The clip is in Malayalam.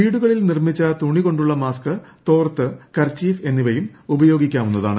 വീടുകളിൽ നിർമ്മിച്ച തുണികൊണ്ടുളള മാസ്ക് തോർത്ത് കർച്ചീഫ് എന്നിവയും ഉപയോഗിക്കാവുന്നതാണ്